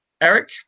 Eric